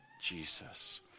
Jesus